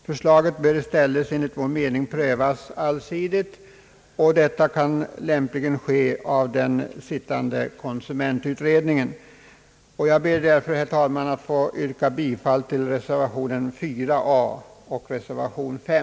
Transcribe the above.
Förslaget bör i stället enligt vår mening prövas allsidigt, och detta kan lämpligen göras av den sittande konsumentutredningen. Jag ber därför, herr talman, att få yrka bifall till reservation 4a och reservation 5.